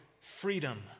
freedom